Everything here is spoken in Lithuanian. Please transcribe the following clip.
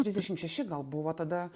trisdešim šeši gal buvo tada